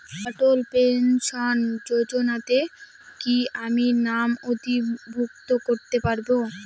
অটল pension যোজনাতে কি আমি নাম নথিভুক্ত করতে পারবো?